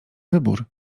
wybór